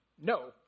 no